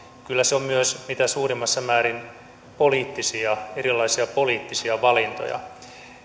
kyllä se on mitä suurimmassa määrin erilaisia poliittisia valintoja